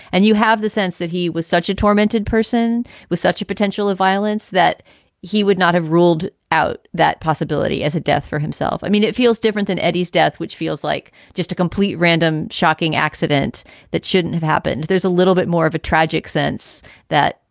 and you have the sense that he was such a tormented person with such a potential of violence that he would not have ruled out that possibility as a death for himself. i mean, it feels different than eddie's death, which feels like just a complete random, shocking accident that shouldn't have happened. there's a little bit more of a tragic sense that,